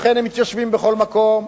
לכן הם מתיישבים בכל מקום,